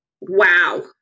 wow